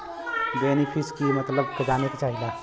बेनिफिसरीक मतलब जाने चाहीला?